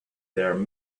there